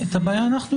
את הבעיה אנחנו יודעים.